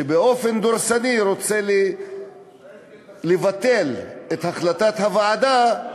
שבאופן דורסני רוצה לבטל את החלטת הוועדה,